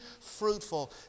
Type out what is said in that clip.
fruitful